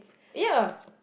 ya